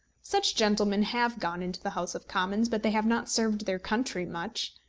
such gentlemen have gone into the house of commons, but they have not served their country much.